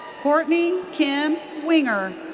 courtney kim winger.